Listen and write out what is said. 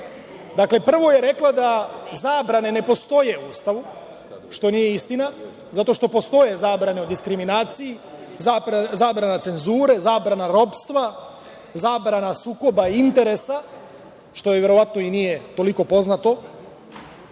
piše. Prvo je rekla da zabrane ne postoje u Ustavu, što nije istina, zato što postoje zabrane diskriminacije, zabrana cenzure, zabrana ropstva, zabrana sukoba interesa, što joj verovatno i nije toliko poznato,